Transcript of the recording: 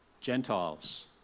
Gentiles